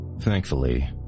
Thankfully